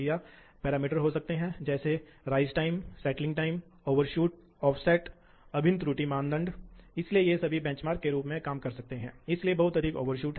इसलिए ये मोटर्स हैं जैसा कि हम अपने भविष्य के पाठों में देखेंगे कि ये मोटर्स बहुत परिष्कृत ड्राइव द्वारा संचालित हैं